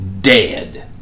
Dead